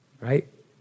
right